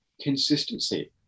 consistency